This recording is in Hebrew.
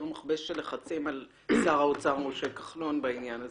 מכבש לחצים על שר האוצר משה כחלון בעניין הזה.